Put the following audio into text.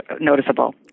noticeable